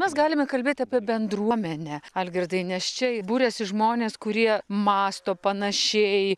mes galime kalbėti apie bendruomenę algirdai nes čia būriasi žmonės kurie mąsto panašiai